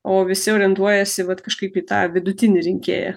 o visi orientuojasi vat kažkaip į tą vidutinį rinkėją